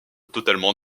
totalement